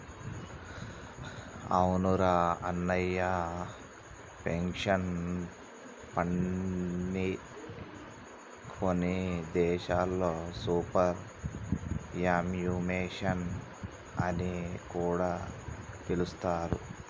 అవునురా అన్నయ్య పెన్షన్ ఫండ్ని కొన్ని దేశాల్లో సూపర్ యాన్యుమేషన్ అని కూడా పిలుస్తారు